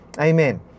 amen